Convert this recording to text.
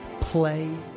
play